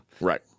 Right